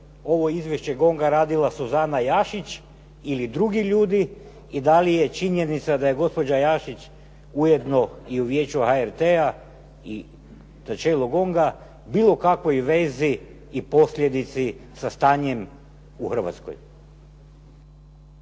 ovo izvješće GONG-a radila Suzana Jašić ili drugi ljudi i da li je činjenica da je gospođa Jašić ujedno i u Vijeću HRT-a i na čelu GONG-a bilo kakvoj vezi i posljedici sa stanjem u Hrvatskoj.